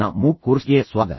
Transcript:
ನ ಮೂಕ್ ಕೋರ್ಸ್ಗೆ ಮತ್ತೆ ಸ್ವಾಗತ